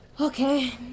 Okay